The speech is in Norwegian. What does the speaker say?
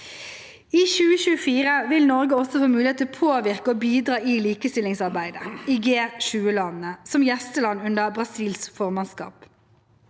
I 2024 vil Norge også få mulighet til å påvirke og bidra til likestillingsarbeidet i G20-landene som gjesteland under Brasils formannskap.